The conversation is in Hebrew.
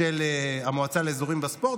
של המועצה להימורים בספורט.